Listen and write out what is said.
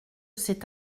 c’est